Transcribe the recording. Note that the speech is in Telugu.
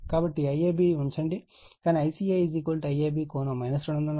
కాబట్టి IAB ఉంచండి కానీ ICA IAB ∠ 240o